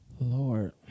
Lord